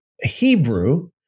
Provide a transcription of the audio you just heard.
Hebrew